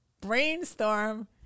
Brainstorm